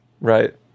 Right